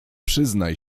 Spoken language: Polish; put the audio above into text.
przyznaj